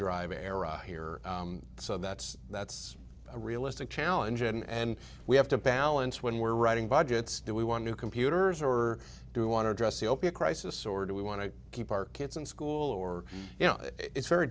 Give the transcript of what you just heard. drive era here so that's that's a realistic challenge and we have to balance when we're writing budgets do we want new computers or do want to address the opiate crisis or do we want to keep our kids in school or you know it's very